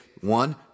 one